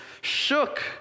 shook